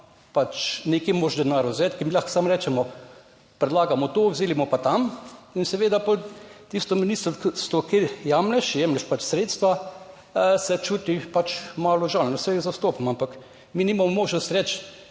pač nekje moraš denar vzeti, ker mi lahko samo rečemo, predlagamo to, vzemimo pa tam in seveda pol tisto ministrstvo, kjer jemlješ, jemlješ pač sredstva, se čuti pač malo užaljeno. Saj zastopim, ampak mi nimamo možnosti reči,